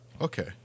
Okay